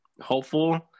hopeful